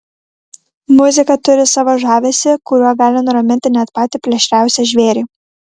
muzika turi savo žavesį kuriuo gali nuraminti net patį plėšriausią žvėrį